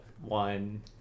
one